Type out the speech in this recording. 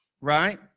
right